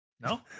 no